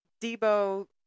Debo